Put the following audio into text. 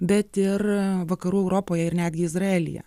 bet ir vakarų europoje ir netgi izraelyje